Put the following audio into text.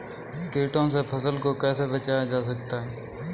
कीटों से फसल को कैसे बचाया जा सकता है?